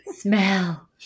smell